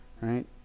right